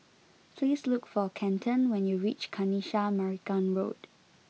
please look for Kenton when you reach Kanisha Marican Road